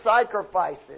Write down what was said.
sacrifices